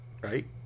right